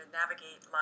navigate